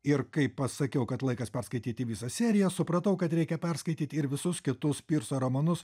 ir kaip pasakiau kad laikas perskaityti visą seriją supratau kad reikia perskaityti ir visus kitus pirso romanus